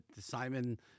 Simon